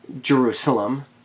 Jerusalem